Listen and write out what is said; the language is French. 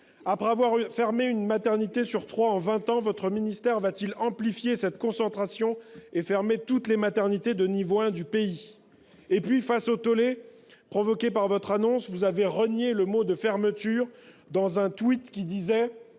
Après avoir fermé une maternité sur trois en vingt ans, votre ministère va-t-il amplifier cette concentration et fermer toutes les maternités de niveau 1 du pays ? Face au tollé provoqué par votre annonce, vous avez renié le mot de « fermeture » dans un tweet qui disait